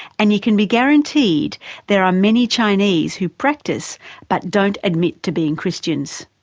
and you can be guarantee there are many chinese who practice but don't admit to being christians.